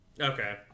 Okay